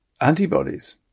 antibodies